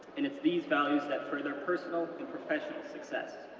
and it's these values that further personal and professional success.